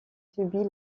subit